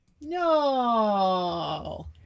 No